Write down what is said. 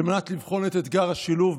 על מנת לבחון את אתגר השילוב.